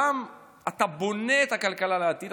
אתה גם בונה את הכלכלה לעתיד,